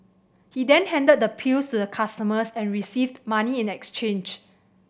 he then handed the pills to the customers and received money in exchange